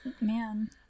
man